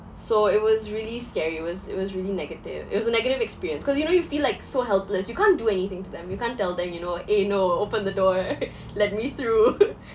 so it was really scary it was it was really negative it was a negative experience cause you know you feel like so helpless you can't do anything to them you can't tell them you know eh no open the door right let me through